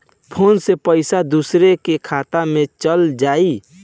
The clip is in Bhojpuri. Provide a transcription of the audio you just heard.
फ़ोन से पईसा दूसरे के खाता में चल जाई?